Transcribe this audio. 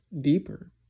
deeper